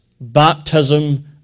baptism